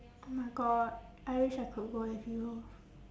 oh my god I wish I could go with you